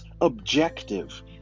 objective